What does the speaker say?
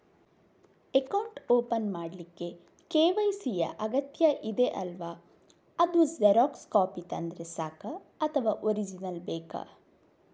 Account open ಮಾಡ್ಲಿಕ್ಕೆ KYC ಯಾ ಅಗತ್ಯ ಇದೆ ಅಲ್ವ ಅದು ಜೆರಾಕ್ಸ್ ಕಾಪಿ ತಂದ್ರೆ ಸಾಕ ಅಥವಾ ಒರಿಜಿನಲ್ ಬೇಕಾ?